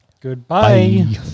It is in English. Goodbye